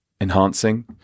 enhancing